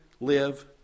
live